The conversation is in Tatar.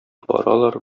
баралар